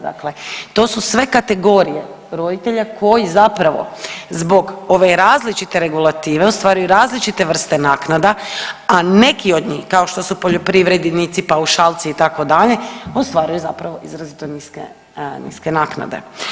Dakle, to su sve kategorije roditelja koji zapravo zbog ove različite regulative ostvaruju različite vrste naknada, a neki od njih kao što su poljoprivrednici, paušalci itd. ostvaruju zapravo izrazito niske, niske naknade.